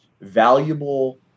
valuable